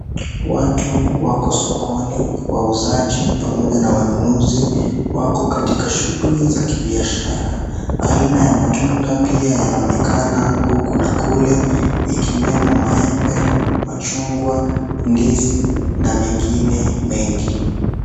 Watu wako sokoni, wauzaji pamoja na wanunuzi wako katika shughuli za kibiashara. Aina ya matunda pia inaonekana huku na kule ikiwemo maembe, machungwa, ndizi na mengine mengi.